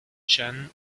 chan